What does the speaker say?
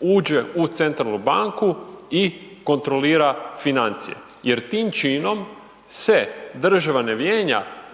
uđe u centralnu banku i kontrolira financije, jer tim činom se država